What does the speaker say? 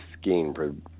skiing